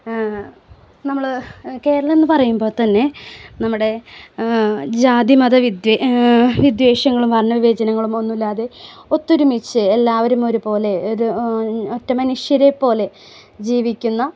നമ്മൾ കേരളമെന്ന് പറയുമ്പോൾ തന്നെ നമ്മുടെ ജാതി മത വിദ്വേഷങ്ങളും വർണ വിവേചനങ്ങളും ഒന്നുമില്ലാതെ ഒത്തൊരുമിച്ച് എല്ലാവരും ഒരുപോലെ ഏത് ഒറ്റ മനുഷ്യരെ പോലെ ജീവിക്കുന്നത്